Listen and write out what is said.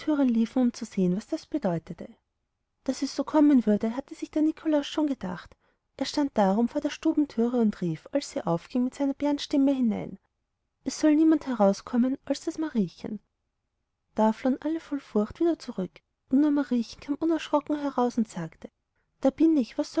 um zu sehen was das bedeute daß es so kommen würde hatte sich der nikolaus schon gedacht er stand darum vor der stubentüre und rief als sie aufging mit seiner bärenstimme hinein es soll niemand herauskommen als das mariechen da flohen alle voll furcht wieder zurück und nur mariechen kam unerschrocken heraus und sagte da bin ich was